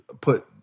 put